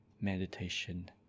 meditation